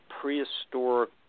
prehistoric